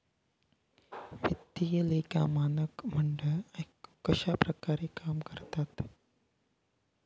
वित्तीय लेखा मानक मंडळ कश्या प्रकारे काम करता?